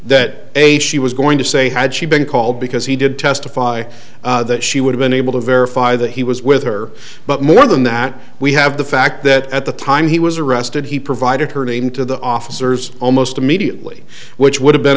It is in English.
that a she was going to say had she been called because he did testify that she would have been able to verify that he was with her but more than that we have the fact that at the time he was arrested he provided her name to the officers almost immediately which would have been